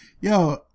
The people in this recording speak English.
Yo